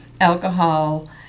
alcohol